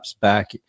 back